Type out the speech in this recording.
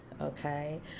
okay